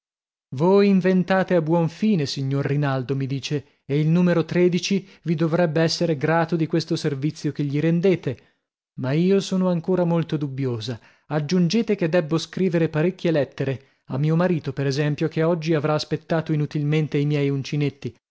voi inventate a buon fine signor rinaldo mi dice e il numero tredici vi dovrebbe esser grato di questo servizio che gli rendete ma io sono ancora molto dubbiosa aggiungete che debbo scrivere parecchie lettere a mio marito per esempio che oggi avrà aspettato inutilmente i miei uncinetti